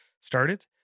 started